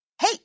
Hey